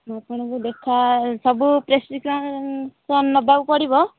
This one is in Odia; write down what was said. ମୁଁ ଆପଣଙ୍କୁ ଦେଖା ସବୁ ପ୍ରେସ୍କିପ୍ସନ୍ କ'ଣ ନେବାକୁ ପଡ଼ିବ